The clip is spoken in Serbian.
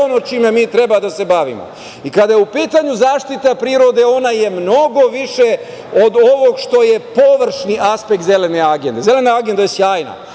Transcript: ono čime mi treba da se bavimo. Kada je u pitanju zaštita prirode, ona je mnogo više od ovog što je površni aspekt Zelene agende. Zelena agenda je sjajna.